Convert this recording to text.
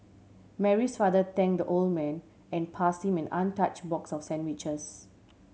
Mary's father thanked the old man and passed him and untouched box of sandwiches